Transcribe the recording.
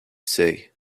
say